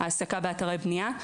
העסקה באתרי בנייה.